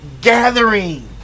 gathering